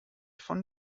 von